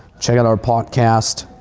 check out our podcast.